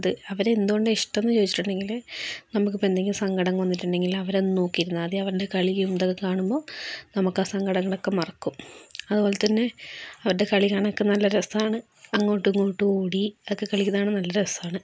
അത് അവരെ എന്തുകൊണ്ടാണ് ഇഷ്ടം എന്നു ചോദിച്ചിട്ടുണ്ടെങ്കിൽ നമുക്കിപ്പം എന്തെങ്കിലും സങ്കടം വന്നിട്ടുണ്ടെങ്കിൽ അവരെ ഒന്ന് നോക്കിയിരുന്നാൽ മതി അവരുടെ കളിയും ഇതൊക്കെ കാണുമ്പോൾ നമുക്ക് ആ സങ്കടങ്ങളൊക്കെ മറക്കും അതുപോലത്തന്നെ അവരുടെ കളി കാണാനൊക്കെ നല്ല രസമാണ് അങ്ങോട്ടും ഇങ്ങോട്ടും ഓടി അതൊക്കെ കളിക്കുന്ന കാണാൻ നല്ല രസമാണ്